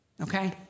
Okay